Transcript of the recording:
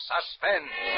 Suspense